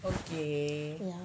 okay